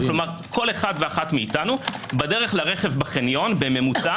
כלומר כל אחד ואחת מאתנו בדרך לרכב בחניון בממוצע